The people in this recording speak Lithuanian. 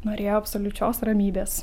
norėjo absoliučios ramybės